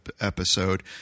episode